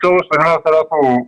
הצורך בדמי אבטלה פה הוא שונה,